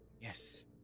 Yes